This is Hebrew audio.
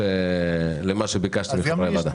אין.